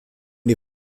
die